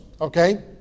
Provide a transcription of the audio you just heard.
okay